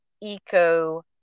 eco